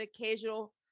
occasional